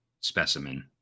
specimen